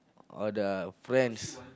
or the friends